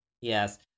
Yes